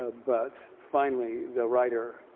ah but finally the writer